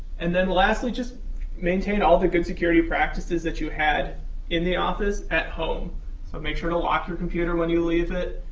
and then lastly, just maintain all the good security practices that you had in the office at home, so make sure to lock your computer when you leave it.